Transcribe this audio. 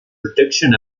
production